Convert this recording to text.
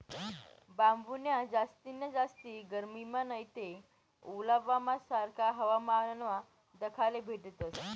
बांबून्या जास्तीन्या जाती गरमीमा नैते ओलावाना सारखा हवामानमा दखाले भेटतस